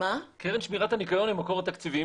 אגב, קרן שמירת הניקיון היא המקור התקציבי.